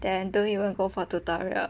then don't even go for tutorial